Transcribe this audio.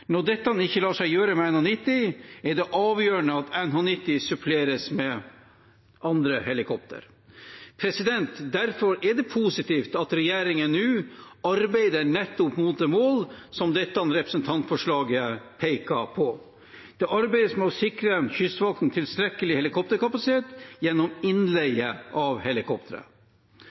Når dette ikke lar seg gjøre med NH90, er det avgjørende at NH90 suppleres med andre helikoptre. Derfor er det positivt at regjeringen nå arbeider nettopp mot det målet som dette representantforslaget peker på. Det arbeides med å sikre Kystvakten tilstrekkelig helikopterkapasitet gjennom innleie av helikoptre.